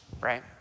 Right